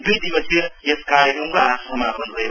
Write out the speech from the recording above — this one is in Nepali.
दुई दिवसीय यस कार्यक्रमको आज समापन भयो